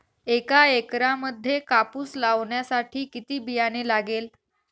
एका एकरामध्ये कापूस लावण्यासाठी किती बियाणे लागेल?